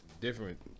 different